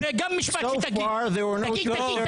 So far there were no Jewish terrorist.